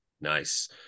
Nice